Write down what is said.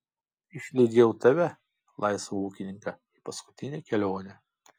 išlydėjau tave laisvą ūkininką į paskutinę kelionę